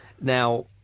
Now